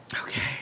okay